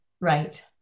Right